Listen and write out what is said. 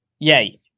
yay